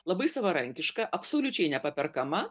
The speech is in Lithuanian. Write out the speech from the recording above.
labai savarankiška absoliučiai nepaperkama